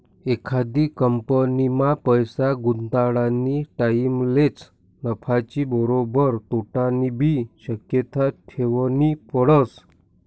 एखादी कंपनीमा पैसा गुताडानी टाईमलेच नफानी बरोबर तोटानीबी शक्यता ठेवनी पडस